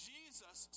Jesus